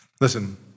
Listen